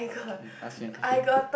okay ask me a question